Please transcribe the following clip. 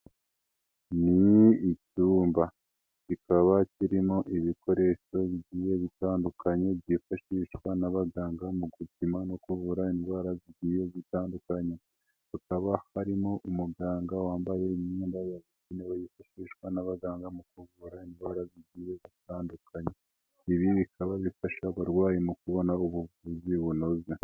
Ni ikirumba kikaba kirimo ibikoresho bigiye bitandukanye byifashishwa n'abaganga mu gupima no kuvura indwara zigiye zitandukanye. Hakaba harimo umuganga wambaye imyenda yabugenewe yifashishwa n'abaganga mu kuvura indwara z'igiye zitandukanye. Ibi bikaba bifasha abarwayi mu kubona ubuvuzi bunoze.